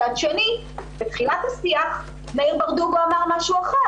מצד שני, בתחילת השיח, מאיר ברדוגו אמר משהו אחר.